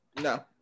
no